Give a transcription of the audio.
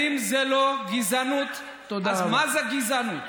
אם זאת לא גזענות, אז מה זאת גזענות?